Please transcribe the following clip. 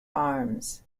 arms